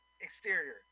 Exterior